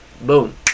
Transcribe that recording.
Boom